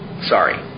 Sorry